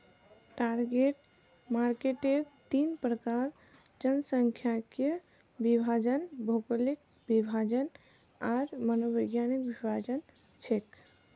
target मार्केटेर तीन प्रकार जनसांख्यिकीय विभाजन, भौगोलिक विभाजन आर मनोवैज्ञानिक विभाजन छेक